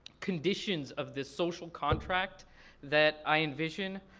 conditions of the social contract that i envision.